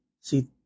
See